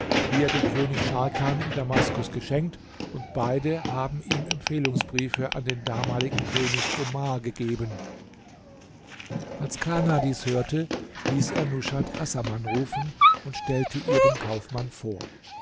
die er dem könig scharkan in damaskus geschenkt und beide haben ihm empfehlungsbriefe an den damaligen könig omar gegeben als kana dies hörte ließ er nushat assaman rufen und stellte ihr den kaufmann vor